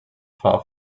far